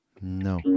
No